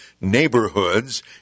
neighborhoods